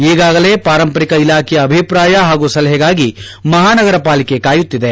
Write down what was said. ಈಗಾಗಲೇ ಪಾರಂಪರಿಕ ಇಲಾಖೆಯ ಅಭಿಪ್ರಾಯ ಹಾಗೂ ಸಲಹೆಗಾಗಿ ಮಹಾನಗರ ಪಾಲಿಕೆ ಕಾಯುತ್ತಿದೆ